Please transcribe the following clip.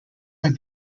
are